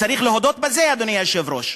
וצריך להודות בזה, אדוני היושב-ראש.